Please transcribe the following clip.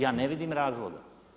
Ja ne vidim razloga.